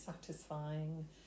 satisfying